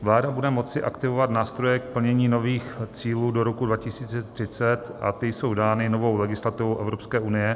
Vláda bude moci aktivovat nástroje k plnění nových cílů do roku 2030 a ty jsou dány novou legislativou Evropské unie.